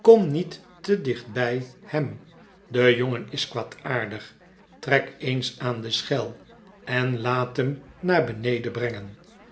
kom niet te dicht bij hem de jongen is kwaadaardig trek eens aan de schel en laat hem naar beneden brengen